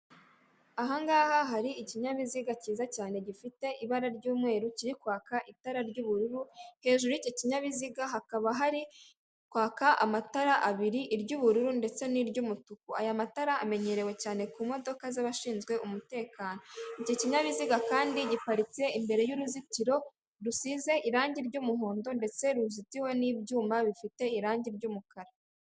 Ahangaha hari ikinyabiziga cyiza cyane gifite ibara ry'umweru kiri kwaka itara ry'ubururu, hejuru y'icyo kinyabiziga hakaba hari kwaka amatara abiri iry'ubururu ndetse n'iry'umutuku, aya matara amenyerewe cyane ku modoka z'abashinzwe umutekano, icyo kinyabiziga kandi giparitse imbere y'uruzitiro rusize irangi ry'umuhondo ndetse ruzitiwe n'ibyuma bifite irangi ry'umukara.